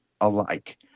alike